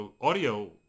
audio